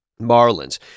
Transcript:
Marlins